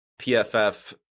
PFF